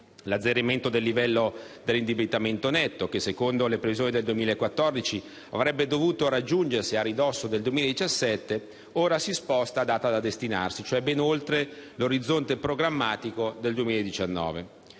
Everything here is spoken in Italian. L'azzeramento del livello dell'indebitamento netto, che secondo le previsioni del 2014 avrebbe dovuto raggiungersi a ridosso del 2017, ora si sposta a data da destinarsi, cioè ben oltre l'orizzonte programmatico del 2019.